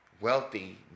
Wealthy